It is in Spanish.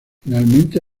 finalmente